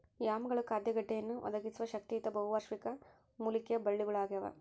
ಯಾಮ್ಗಳು ಖಾದ್ಯ ಗೆಡ್ಡೆಯನ್ನು ಒದಗಿಸುವ ಶಕ್ತಿಯುತ ಬಹುವಾರ್ಷಿಕ ಮೂಲಿಕೆಯ ಬಳ್ಳಗುಳಾಗ್ಯವ